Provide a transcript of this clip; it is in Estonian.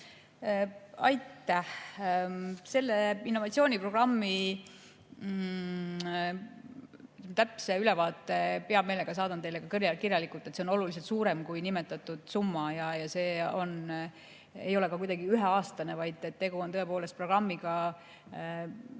Aitäh! Selle innovatsiooniprogrammi täpse ülevaate hea meelega saadan teile kirjalikult. See on oluliselt suurem kui nimetatud summa ja see ei ole ka kuidagi üheaastane, vaid tegu on tõepoolest programmiga, mille